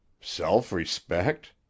self-respect